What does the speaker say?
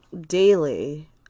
daily